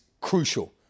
crucial